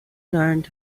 learned